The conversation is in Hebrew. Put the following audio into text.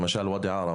למשל ואדי ערה.